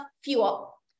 fuel